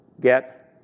get